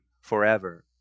forever